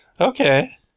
Okay